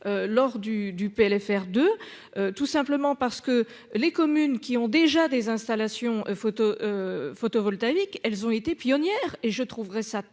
Lors du du PLFR de tout simplement parce que les communes qui ont déjà des installations, photos. Photovoltaïque, elles ont été pionnière et je trouverais ça